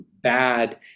bad